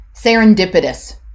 serendipitous